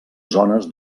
zones